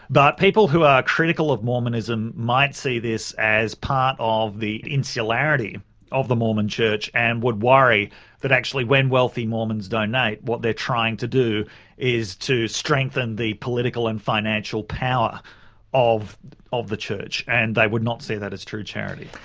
but people who are critical of mormonism might see this as part of the insularity of the mormon church and would worry that actually when wealthy mormons donate, what they're trying to do is to strengthen the political and financial power of of the church. and they would not see that as true charity.